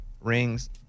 Rings